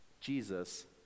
Jesus